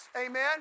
Amen